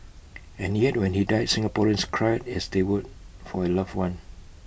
and yet when he died Singaporeans cried as they would for A loved one